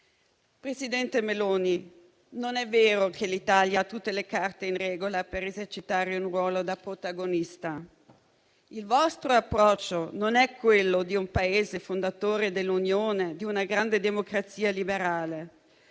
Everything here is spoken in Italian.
Presidente Meloni, non è vero che l'Italia ha tutte le carte in regola per esercitare un ruolo da protagonista. Il vostro approccio non è quello di un Paese fondatore dell'Unione, di una grande democrazia liberale,